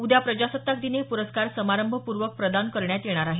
उद्या प्रजासत्ताक दिनी हे प्रस्कार संमारंभपूर्वक प्रदान करण्यात येणार आहेत